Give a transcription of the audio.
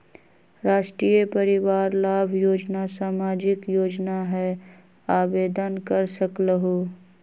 राष्ट्रीय परिवार लाभ योजना सामाजिक योजना है आवेदन कर सकलहु?